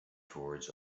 towards